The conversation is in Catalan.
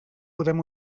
podem